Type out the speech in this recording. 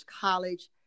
college